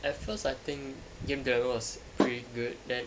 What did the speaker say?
at first I think game level was pretty good then